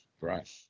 Right